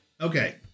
Okay